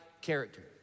character